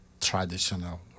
traditional